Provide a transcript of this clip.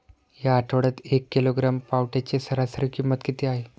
या आठवड्यात एक किलोग्रॅम पावट्याची सरासरी किंमत किती आहे?